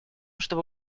чтобы